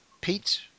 Pete